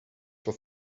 for